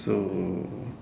so